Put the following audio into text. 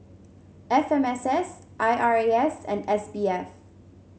F M S S I R A S and S B F